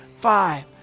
five